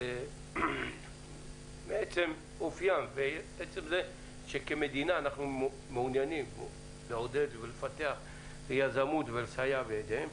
עצם העובדה שכמדינה אנחנו מעוניינים לעודד ולפתח יזמות ולסייע בהתאם,